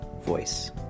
voice